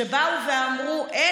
כשבאו ואמרו: אין,